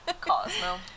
cosmo